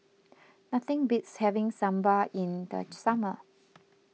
nothing beats having Sambar in the summer